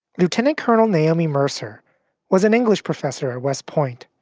lieutenant colonel naomi mercer was an english professor at west point.